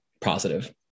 positive